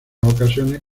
ocasiones